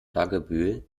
dagebüll